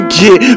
get